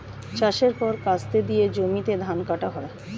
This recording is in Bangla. চাষের পর কাস্তে দিয়ে জমিতে ধান কাটা হয়